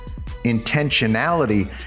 intentionality